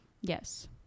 yes